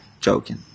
Joking